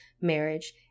marriage